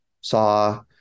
saw